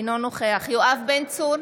אינו נוכח יואב בן צור,